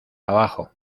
abajo